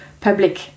public